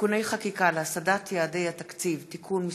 (תיקוני חקיקה להשגת יעדי התקציב) (תיקון מס'